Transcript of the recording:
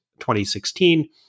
2016